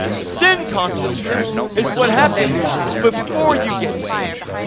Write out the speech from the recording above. sin consciousness is what happens before you get saved.